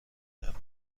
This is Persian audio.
کردم